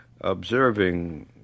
observing